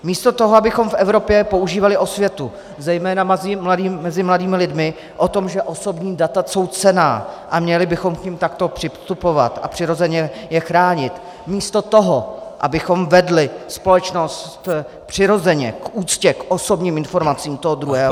Místo toho, abychom v Evropě používali osvětu zejména mezi mladými lidmi o tom, že osobní data jsou cenná a měli bychom k nim takto přistupovat a přirozeně je chránit, místo toho, abychom vedli společnost přirozeně k úctě k osobním informacím toho druhého